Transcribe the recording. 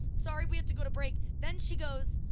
sorry, we have to go to break, then she goes,